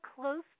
close